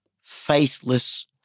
faithless